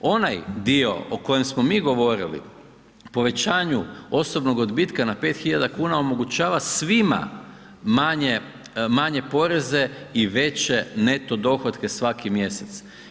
Onaj dio o kojem smo mi govorili povećanju osobnog odbitka na 5 hiljada kuna omogućava svima manje poreze i veće neto dohotke svaki mjesec.